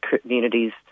communities